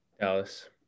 Dallas